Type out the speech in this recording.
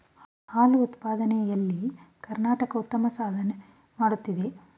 ಹಾಲು ಉತ್ಪಾದನೆ ಎಲ್ಲಿ ಕರ್ನಾಟಕ ಉತ್ತಮ ಸಾಧನೆ ಮಾಡುತ್ತಿದೆ